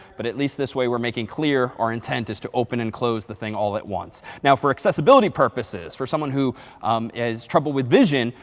but at least this way we're making clear our intent is to open and close the thing all at once. now for accessibility purposes, for someone who has trouble with vision,